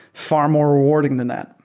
far more rewarding than that.